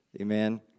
Amen